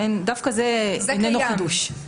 דווקא זה לא חידוש.